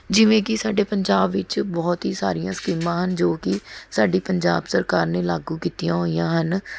ਜਿਵੇਂ ਕਿ ਸਾਡੇ ਪੰਜਾਬ ਵਿੱਚ ਬਹੁਤ ਹੀ ਸਾਰੀਆਂ ਸਕੀਮਾਂ ਹਨ ਜੋ ਕਿ ਸਾਡੀ ਪੰਜਾਬ ਸਰਕਾਰ ਨੇ ਲਾਗੂ ਕੀਤੀਆਂ ਹੋਈਆ ਹਨ